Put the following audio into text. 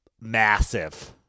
massive